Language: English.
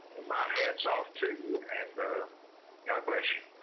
and my hat's off to you and god bless you.